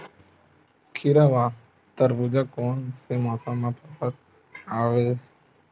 खीरा व तरबुज कोन से मौसम के फसल आवेय?